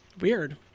Weird